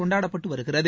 கொண்டாடப்பட்டு வருகிறது